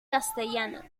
castellana